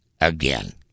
again